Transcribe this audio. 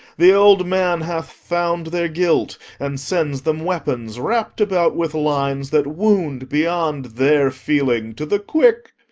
the old man hath found their guilt, and sends them weapons wrapp'd about with lines that wound, beyond their feeling, to the quick.